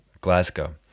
Glasgow